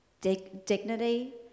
dignity